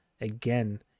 again